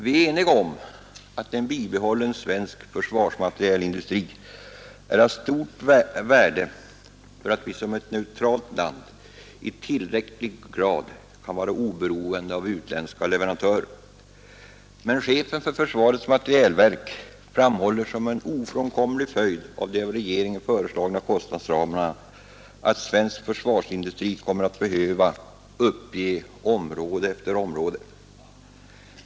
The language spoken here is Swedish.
Vi är eniga om att en bibehållen svensk försvarsmaterielindustri är av stort värde för att vi som ett neutralt land i tillräcklig grad skall kunna vara oberoende av utländska leverantörer. Men chefen för försvarets materielverk framhåller som en ofrånkomlig följd av de av regeringen föreslagna kostnadsramarna att svensk försvarsindustri kommer att behöva uppge område efter område.